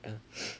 ah